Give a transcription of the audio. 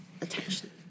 attention